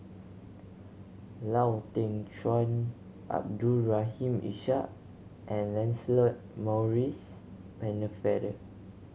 Lau Teng Chuan Abdul Rahim Ishak and Lancelot Maurice Pennefather